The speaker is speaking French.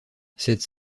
cette